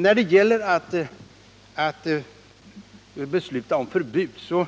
När det gäller att besluta om förbud måste